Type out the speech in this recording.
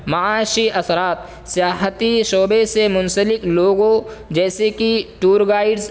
معاشی اثرات سیاحتی شعبے سے منسلک لوگوں جیسے کہ ٹور گائیڈز